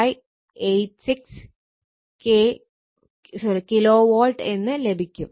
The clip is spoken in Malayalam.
4586 KW എന്ന് ലഭിക്കും